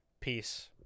Peace